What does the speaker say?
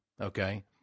Okay